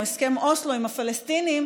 או הסכם אוסלו עם הפלסטינים,